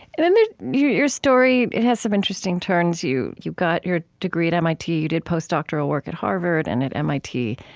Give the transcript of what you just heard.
then ah your your story it has some interesting turns. you you got your degree at mit. you did postdoctoral work at harvard and at mit.